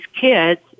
kids